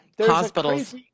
Hospitals